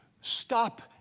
Stop